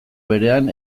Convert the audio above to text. berean